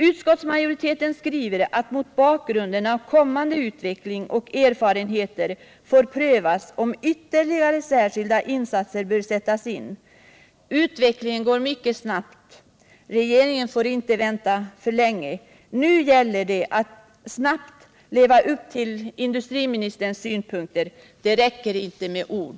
Utskottsmajoriteten skriver att det mot bakgrunden av kommande utveckling och erfarenheter får prövas om ytterligare särskilda insatser bör sättas in. Utvecklingen går mycket snabbt, och regeringen får inte vänta för länge. Nu gäller det att snabbt leva upp till industriministerns synpunkt att ”det inte räcker med ord”.